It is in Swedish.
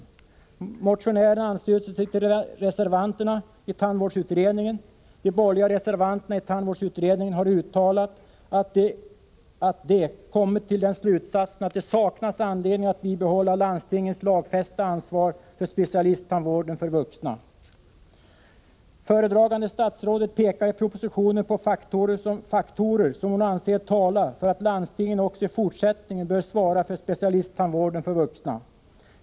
borgerliga reservanterna i tandvårdsutredningen har uttalat att de kommit till slutsatsen att det saknas anledning att bibehålla landstingens lagfästa ansvar för specialisttandvården för vuxna. Föredragande statsrådet pekar i propositionen på faktorer som hon anser tala för att landstingen också i fortsättningen bör svara för specialisttandvården för vuxna.